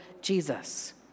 Jesus